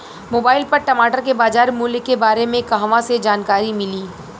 Mobile पर टमाटर के बजार मूल्य के बारे मे कहवा से जानकारी मिली?